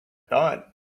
thought